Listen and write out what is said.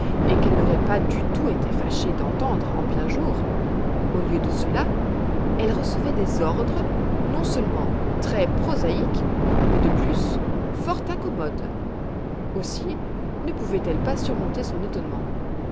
et qu'elle n'aurait pas du tout été fâchée d'entendre en plein jour au lieu de cela elle recevait des ordres non-seulement très prosaïques mais de plus fort incommodes aussi ne pouvait-elle pas surmonter son étonnement